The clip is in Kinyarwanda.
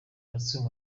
gatsibo